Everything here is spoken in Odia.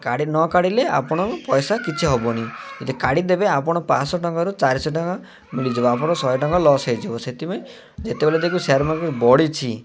କାଢ଼ ନ କାଢ଼ିଲେ ଆପଣ ପଇସା କିଛି ହେବନି ଯଦି କାଢ଼ିଦେବେ ଆପଣ ପାଞ୍ଚଶହ ଟଙ୍କାରୁ ଚାରିଶହ ଟଙ୍କା ମିଳିଯିବ ଆପଣ ଶହେ ଟଙ୍କା ଲସ୍ ହୋଇଯିବ ସେଥିପାଇଁ ଯେତେବେଳେ ଯକି ସେୟାର୍ ମାର୍କେଟ୍ ବଢ଼ିଛି